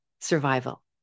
survival